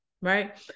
right